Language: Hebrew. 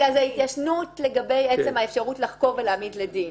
אלא זו התיישנות לגבי עצם האפשרות לחקור ולהעמיד לדין.